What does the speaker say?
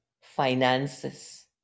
finances